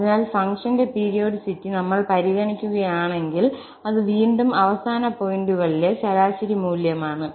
അതിനാൽ ഫംഗ്ഷന്റെ പീരിയോഡിസിറ്റി നമ്മൾ പരിഗണിക്കുകയാണെങ്കിൽ അത് വീണ്ടും അവസാന പോയിന്റുകളിലെ ശരാശരി മൂല്യമാണ്